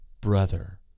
brother